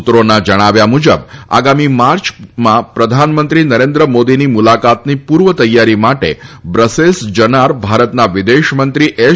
સુત્રોના જણાવ્યા મુજબ આગામી માર્ચમાં પ્રધાનમંત્રી નરેન્દ્ર મોદીની મુલાકાતની પુર્વ તૈયારી માટે બ્રસેલ્સ જનાર ભારતના વિદેશ મંત્રી એસ